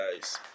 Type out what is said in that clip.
guys